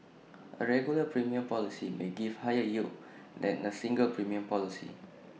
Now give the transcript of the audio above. A regular premium policy may give higher yield than A single premium policy